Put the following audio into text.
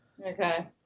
Okay